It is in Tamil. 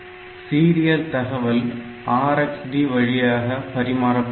சீரியல் தகவல் RxD வழியாக பரிமாறப்படுகிறது